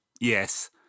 yes